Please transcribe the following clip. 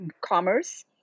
commerce